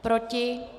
Proti?